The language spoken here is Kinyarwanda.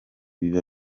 biba